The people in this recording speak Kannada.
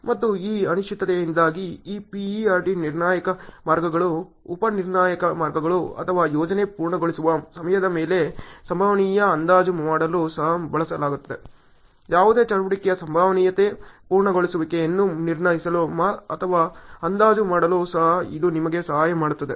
ಮತ್ತು ಈ ಅನಿಶ್ಚಿತತೆಯಿಂದಾಗಿ ಈ PERT ನಿರ್ಣಾಯಕ ಮಾರ್ಗಗಳು ಉಪ ನಿರ್ಣಾಯಕ ಮಾರ್ಗಗಳು ಅಥವಾ ಯೋಜನೆ ಪೂರ್ಣಗೊಳಿಸುವ ಸಮಯದ ಮೇಲೆ ಸಂಭವನೀಯ ಅಂದಾಜು ಮಾಡಲು ಸಹ ಬಳಸಲಾಗುತ್ತದೆ ಯಾವುದೇ ಚಟುವಟಿಕೆಯ ಸಂಭವನೀಯತೆ ಪೂರ್ಣಗೊಳ್ಳುವಿಕೆಯನ್ನು ನಿರ್ಣಯಿಸಲು ಅಥವಾ ಅಂದಾಜು ಮಾಡಲು ಸಹ ಇದು ನಿಮಗೆ ಸಹಾಯ ಮಾಡುತ್ತದೆ